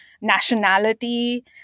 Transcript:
nationality